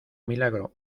milagro